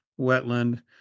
wetland